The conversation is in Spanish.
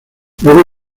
luego